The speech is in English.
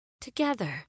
together